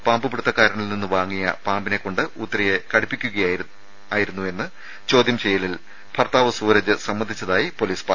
പാമ്പുപിടിത്തക്കാരനിൽ നിന്ന് വാങ്ങിയ പാമ്പിനെ കൊണ്ട് ഉത്തരയെ കടിപ്പിക്കുകയായിരുന്നുവെന്ന് ചോദ്യം ചെയ്യലിൽ ഭർത്താവ് സൂരജ് സമ്മതിച്ചതായി പൊലീസ് പറഞ്ഞു